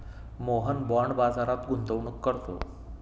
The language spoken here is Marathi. मोहन बाँड बाजारात गुंतवणूक करतो